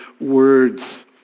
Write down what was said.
words